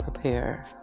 prepare